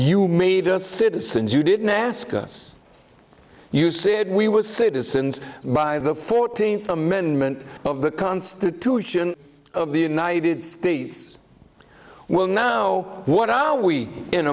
you made us citizens you didn't ask us you said we were citizens by the fourteenth amendment of the constitution of the united states will now what are we in